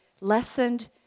lessened